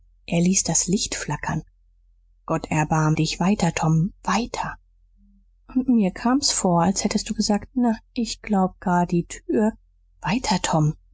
er ließ das licht flackern gott erbarm dich weiter tom weiter und mir kam's vor als hättst du gesagt na ich glaub gar die tür weiter tom